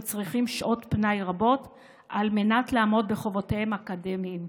צריכים שעות פנאי רבות על מנת לעמוד בחובותיהם האקדמיות.